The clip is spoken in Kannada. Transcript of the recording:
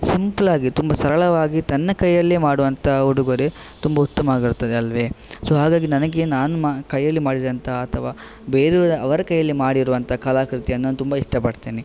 ಸಿಂಪಲ್ ಆಗಿ ತುಂಬ ಸರಳವಾಗಿ ತನ್ನ ಕೈಯಲ್ಲೇ ಮಾಡುವಂಥ ಉಡುಗೊರೆ ತುಂಬಾ ಉತ್ತಮವಾಗಿರುತ್ತದೆ ಅಲ್ವೇ ಸೊ ಹಾಗಾಗಿ ನನಗೆ ನಾನು ಮ ಕೈಯಲ್ಲಿ ಮಾಡಿದಂತಹ ಅಥವಾ ಬೇರೆಯವರು ಅವರ ಕೈಯಲ್ಲಿ ಮಾಡಿರುವಂತಹ ಕಲಾಕೃತಿಯನ್ನು ನಾನು ತುಂಬಾ ಇಷ್ಟಪಡ್ತೇನೆ